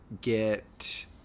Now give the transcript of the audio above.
get